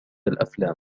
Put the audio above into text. الأفلام